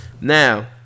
Now